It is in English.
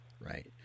Right